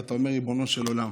ואתה אומר: ריבונו של עולם,